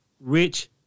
rich